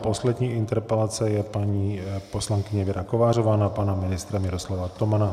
A poslední interpelace je paní poslankyně Věra Kovářová na pana ministra Miroslava Tomana.